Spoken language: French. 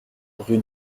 rue